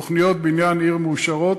בתוכניות בניין עיר מאושרות,